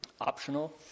optional